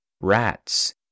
rats